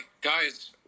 guys